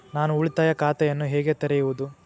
ನಾನು ಉಳಿತಾಯ ಖಾತೆಯನ್ನು ಹೇಗೆ ತೆರೆಯುವುದು?